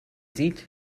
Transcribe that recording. sieht